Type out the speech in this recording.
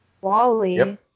Wally